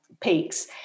peaks